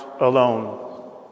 alone